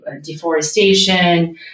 Deforestation